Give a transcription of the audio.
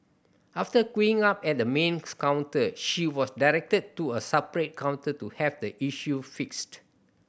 after queuing up at the main counter she was directed to a separate counter to have the issue fixed